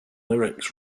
lyrics